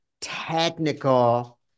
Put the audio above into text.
technical